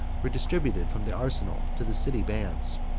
were distributed from the arsenal to the city bands.